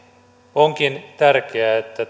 onkin tärkeää että